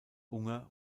unger